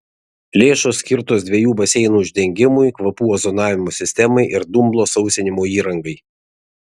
lėšos skirtos dviejų baseinų uždengimui kvapų ozonavimo sistemai ir dumblo sausinimo įrangai